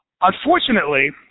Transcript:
Unfortunately